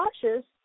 cautious